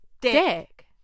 dick